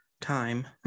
time